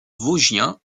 vosgien